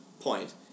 point